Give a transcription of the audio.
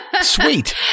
Sweet